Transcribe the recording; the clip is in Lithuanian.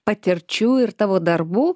patirčių ir tavo darbų